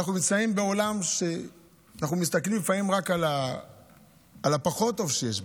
אנחנו נמצאים בעולם ואנחנו מסתכלים לפעמים רק על הפחות-טוב שיש בו,